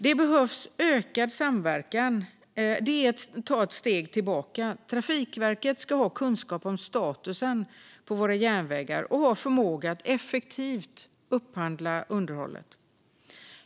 Det är att ta ett stort steg tillbaka. Trafikverket ska ha kunskap om statusen på våra järnvägar och ha förmåga att effektivt upphandla underhållet.